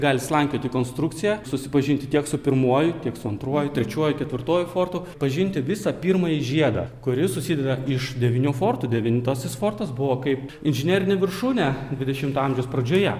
gali slankioti konstrukcija susipažinti tiek su pirmuoju tiek su antruoju trečiuoju ketvirtuoju fortu pažinti visą pirmąjį žiedą kuris susideda iš devynių forto devintasis fortas buvo kaip inžinerinė viršūnę dvidešimto amžiaus pradžioje